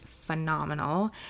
phenomenal